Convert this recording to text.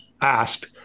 asked